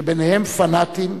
שביניהם פנאטים,